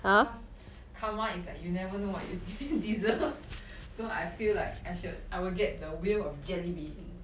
plus karma is like you never know what you de~ deserve so I feel like I should I will get the wheel of jelly beans